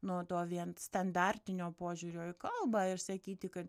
nuo to vien standartinio požiūrio į kalbą ir sakyti kad